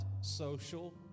social